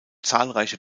zahlreiche